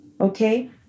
okay